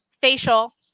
facial